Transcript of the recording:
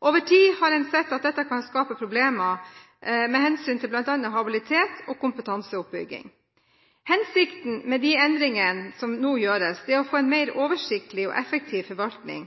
Over tid har en sett at dette kan skape problemer med hensyn til bl.a. habilitet og kompetanseoppbygging. Hensikten med de endringene som nå gjøres, er å få en mer oversiktlig og effektiv forvaltning,